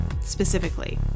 specifically